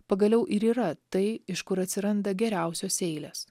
pagaliau ir yra tai iš kur atsiranda geriausios eilės